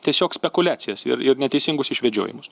tiesiog spekuliacijas ir ir neteisingus išvedžiojimus